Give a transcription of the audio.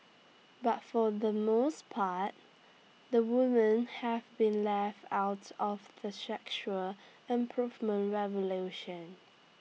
but for the most part the women have been left out of the sexual improvement revolution